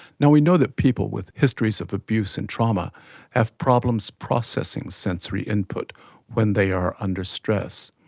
now we know that people with histories of abuse and trauma have problems processing sensory input when they are under stress,